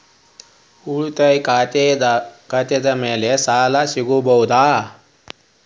ಉಳಿತಾಯ ಖಾತೆದ ಮ್ಯಾಲೆ ಸಾಲ ಸಿಗಬಹುದಾ?